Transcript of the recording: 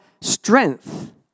strength